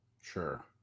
Sure